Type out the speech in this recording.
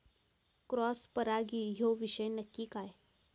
Cross परागी ह्यो विषय नक्की काय?